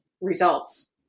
results